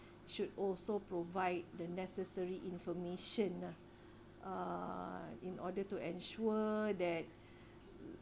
should also provide the necessary information ah uh in order to ensure that